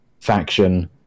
faction